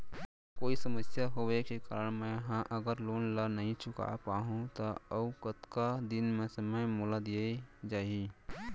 कोई समस्या होये के कारण मैं हा अगर लोन ला नही चुका पाहव त अऊ कतका दिन में समय मोल दीये जाही?